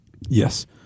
Yes